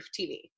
TV